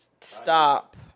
stop